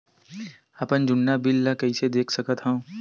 अपन जुन्ना बिल ला कइसे देख सकत हाव?